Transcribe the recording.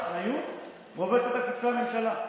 האחריות רובצת על כתפי הממשלה.